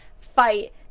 fight